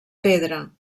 pedra